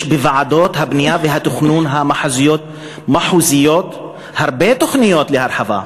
יש בוועדות הבנייה והתכנון המחוזיות הרבה תוכניות להרחבה.